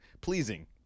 pleasing